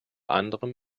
anderem